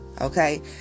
Okay